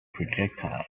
projectile